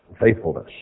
faithfulness